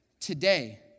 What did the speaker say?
Today